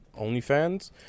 OnlyFans